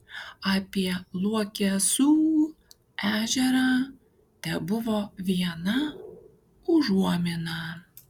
apie luokesų ežerą tebuvo viena užuomina